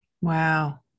Wow